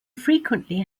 frequently